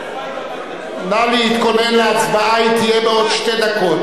נא להתכונן להצבעה, היא תהיה בעוד שתי דקות.